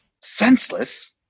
Senseless